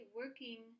working